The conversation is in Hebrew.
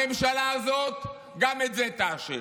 הממשלה הזאת, גם את זה תאשר.